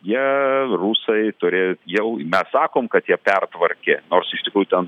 jie rusai turi jau mes sakom kad jie pertvarkė nors iš tikrųjų ten